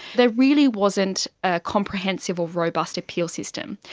there really wasn't a comprehensive or robust appeal system.